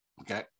okay